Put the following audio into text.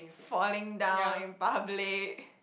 falling down in public